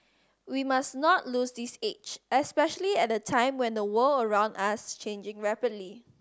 we must not lose this edge especially at a time when the world around us is changing rapidly